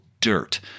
dirt